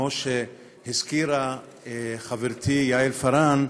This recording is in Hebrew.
כמו שהזכירה חברתי יעל פארן,